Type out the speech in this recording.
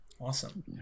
awesome